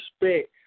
respect